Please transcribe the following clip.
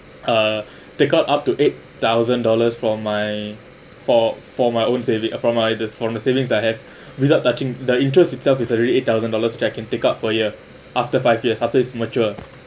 uh take out up to eight thousand dollars for my for for my own saving from either from the savings that have without touching the interest itself is already eight thousand dollars cheque can take up for year after five years after its mature